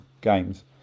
games